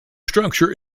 structure